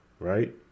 Right